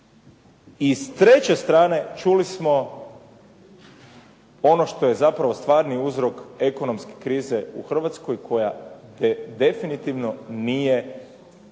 I s treće strane čuli smo ono što je zapravo stvarni uzrok ekonomske krize u Hrvatskoj koja definitivno nije